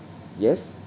yes